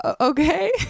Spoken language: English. okay